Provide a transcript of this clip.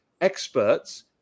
experts